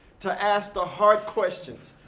to ask the hard questions,